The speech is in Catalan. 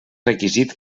requisit